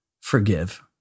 forgive